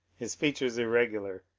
his features irregular,